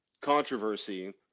controversy